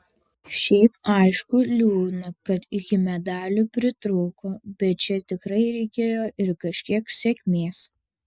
šiaip aišku liūdna kad iki medalių pritrūko bet čia tikrai reikėjo ir kažkiek sėkmės